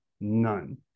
None